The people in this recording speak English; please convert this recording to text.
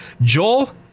Joel